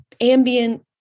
ambient